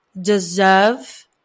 deserve